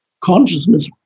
consciousness